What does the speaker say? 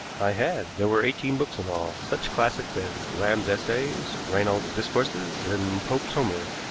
i had. there were eighteen books in all, such classics as lamb's essays, reynold's discourses, and pope's homer.